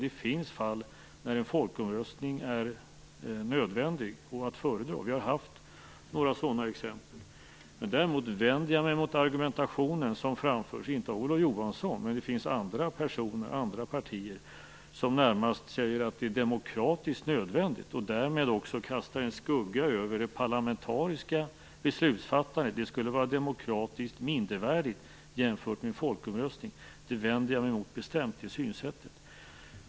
Det finns fall där en folkomröstning är nödvändig och att föredra, och vi har haft några sådana exempel. Däremot vänder jag mig mot den argumentation som framförs, inte av Olof Johansson men av andra personer i andra partier, när de säger att det närmast är demokratiskt nödvändigt. Därmed kastar man också en skugga över det parlamentariska beslutsfattandet, som skulle vara demokratiskt mindrevärdigt jämfört med folkomröstning. Jag vänder mig bestämt mot det synsättet.